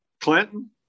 Clinton